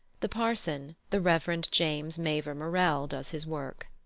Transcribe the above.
the parson, the reverend james mavor morell does his work.